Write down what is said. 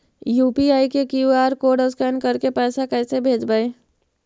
UPI के QR code scan करके पैसा कैसे भेजबइ?